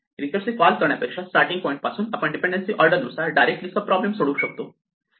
recursive call करण्यापेक्षा starting point पासून आपण डीपेंडन्सी ऑर्डर नुसार डायरेक्टलि सब प्रॉब्लेम सोडवू शकतो